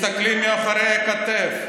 מסתכלים מאחורי הכתף.